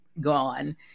gone